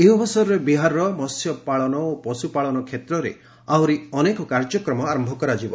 ଏହି ଅବସରରେ ବିହାରର ମହ୍ୟପାଳନ ଓ ପଶୁ ପାଳନ କ୍ଷେତ୍ରରେ ଆହୁରି ଅନେକ କାର୍ଯ୍ୟକ୍ରମ ଆରମ୍ଭ କରାଯିବ